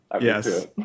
Yes